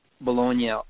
Bologna